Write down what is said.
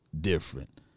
different